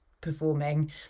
performing